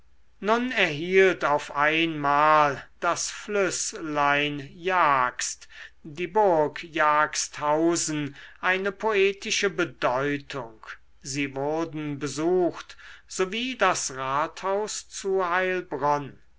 nun erhielt auf einmal das flüßlein jagst die burg jagsthausen eine poetische bedeutung sie wurden besucht sowie das rathaus zu heilbronn